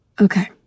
Okay